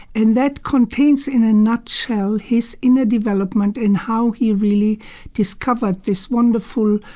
and that contains, in a nutshell, his inner development in how he really discovered this wonderful,